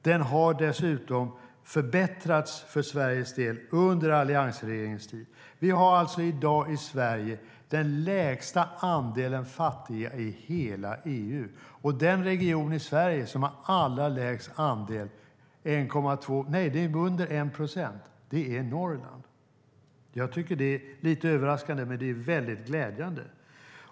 Den har dessutom förbättrats för Sveriges del under alliansregeringens tid. Vi har alltså i Sverige i dag den lägsta andelen fattiga i hela EU, och den region i Sverige som har allra lägst andel, under 1 procent, är Norrland. Jag tycker att det är lite överraskande, men det är väldigt glädjande.